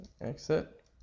exit